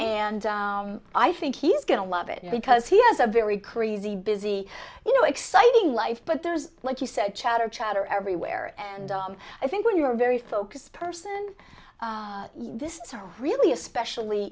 and i think he's going to love it because he has a very crazy busy you know exciting life but there's like you said chatter chatter everywhere and i think when you're very focused person this is really especially